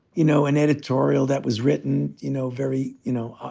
you know, an editorial that was written, you know, very, you know,